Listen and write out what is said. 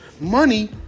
money